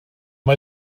mae